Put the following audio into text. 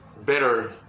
better